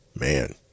man